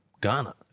Ghana